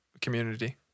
community